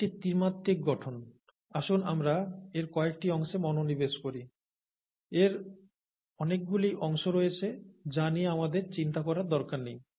এটি ত্রিমাত্রিক গঠন আসুন আমরা এর কয়েকটি অংশে মনোনিবেশ করি এর অনেকগুলি অংশ রয়েছে যা নিয়ে আমাদের চিন্তা করার দরকার নেই